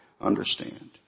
understand